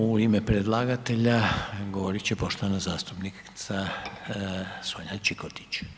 U ime predlagatelja govorit će poštovana zastupnica Sonja Čikotić.